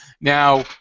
Now